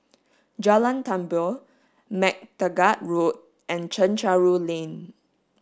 Jalan Tambur MacTaggart Road and Chencharu Lane